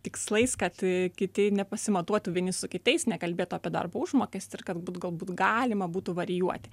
tikslais kad kiti nepasimatuotų vieni su kitais nekalbėtų apie darbo užmokestį ir kad būt galbūt galima būtų varijuoti